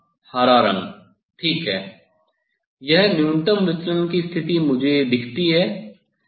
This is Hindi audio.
हां हरा रंग ठीक है यह न्यूनतम विचलन की स्थिति मुझे दिखती है